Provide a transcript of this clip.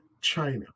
China